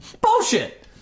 Bullshit